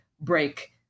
break